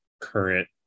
current